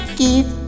give